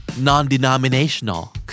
Non-denominational